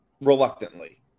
reluctantly